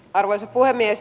arvoisa puhemies